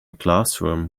classroom